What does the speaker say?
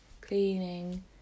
cleaning